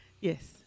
Yes